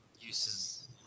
uses